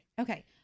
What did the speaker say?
Okay